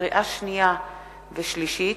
לקריאה שנייה ולקריאה שלישית,